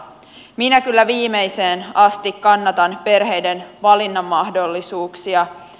minä kyllä viimeiseen asti kannatan perheiden valinnan mahdollisuuksia